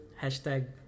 hashtag